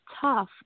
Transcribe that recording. tough